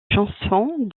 chansons